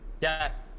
Yes